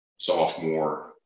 sophomore